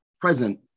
present